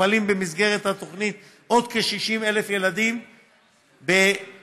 מטופלים במסגרת התוכנית עוד כ-60,000 ילדים ב-1,395